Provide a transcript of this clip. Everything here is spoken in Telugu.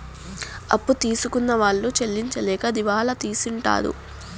అప్పు తీసుకున్న వాళ్ళు చెల్లించలేక దివాళా తీసింటారు